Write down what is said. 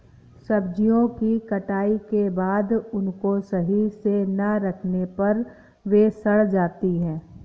सब्जियों की कटाई के बाद उनको सही से ना रखने पर वे सड़ जाती हैं